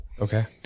Okay